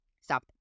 Stop